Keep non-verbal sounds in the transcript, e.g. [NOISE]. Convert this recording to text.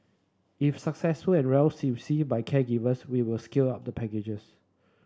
if successful and well [UNINTELLIGIBLE] by caregivers we will scale up the packages